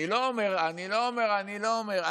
אני לא אומר, אני לא אומר, אני לא אומר.